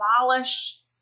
abolish